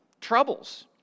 troubles